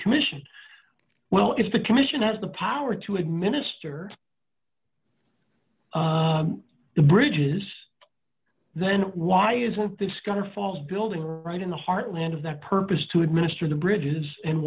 commission well if the commission has the power to administer the bridges then why isn't this cover faults building right in the heartland of that purpose to administer the bridges and